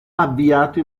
avviato